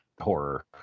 horror